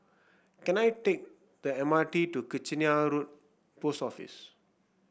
can I take the M R T to Kitchener Road Post Office